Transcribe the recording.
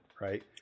Right